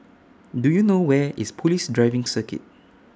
Do YOU know Where IS Police Driving Circuit